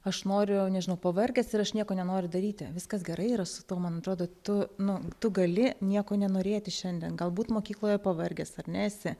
aš noriu nežinau pavargęs ir aš nieko nenoriu daryti viskas gerai yra su tuo man atrodo tu nu tu gali nieko nenorėti šiandien galbūt mokykloje pavargęs ar ne esi